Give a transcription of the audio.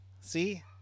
See